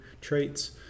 traits